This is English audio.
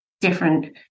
different